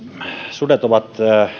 sudet ovat